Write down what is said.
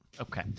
Okay